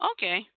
Okay